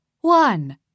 One